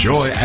Joy